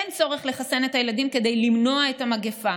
אין צורך לחסן את הילדים כדי למנוע את המגפה.